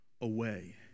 away